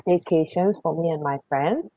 staycation for me and my friend